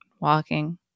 walking